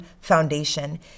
foundation